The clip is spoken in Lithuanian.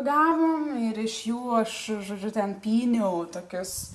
gavom ir iš jų aš žodžiu ten pyniau tokius